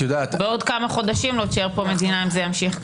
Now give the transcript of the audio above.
בעוד כמה חודשים לא תישאר פה מדינה אם זה ימשיך ככה.